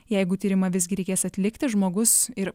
jeigu tyrimą visgi reikės atlikti žmogus ir